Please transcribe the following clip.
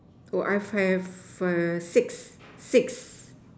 oh I have a six six